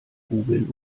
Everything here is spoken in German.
googlen